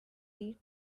lead